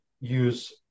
use